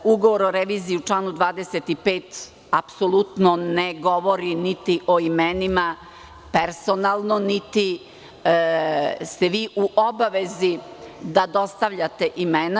Ugovor o reviziji u članu 25. apsolutno ne govori niti o imenima personalno, niti ste vi u obavezi da dostavljate imena.